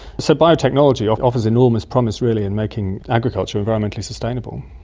so biotechnology offers enormous promise really in making agriculture environmentally sustainable.